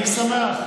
אני שמח.